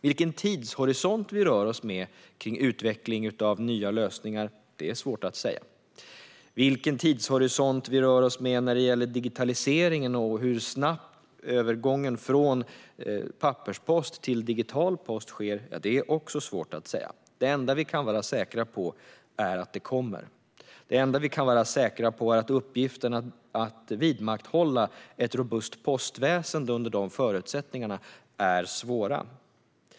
Vilken tidshorisont vi rör oss med i utvecklingen av nya lösningar är svårt att säga. Vilken tidshorisont vi rör oss med när det gäller digitaliseringen och hur snabbt övergången från papperspost till digital post sker är också svårt att säga. Det enda vi kan vara säkra på är att den kommer. Det enda vi kan vara säkra på är att uppgiften att vidmakthålla ett robust postväsen under de förutsättningarna är svår.